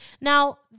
Now